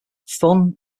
fun